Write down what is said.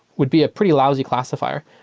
would be a pretty lousy classifier.